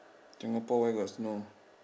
Singapore where got snow